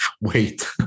Wait